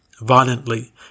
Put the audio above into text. violently